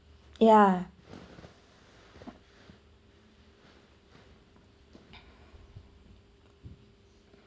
yeah